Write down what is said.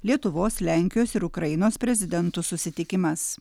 lietuvos lenkijos ir ukrainos prezidentų susitikimas